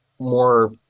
more